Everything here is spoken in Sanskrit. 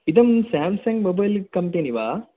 इदं स्याम्संग् मोबैल् कम्पेनि वा